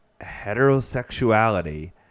heterosexuality